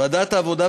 ועדת העבודה,